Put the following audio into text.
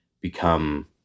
become